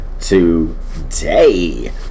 today